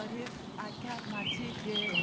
but if i got my ticket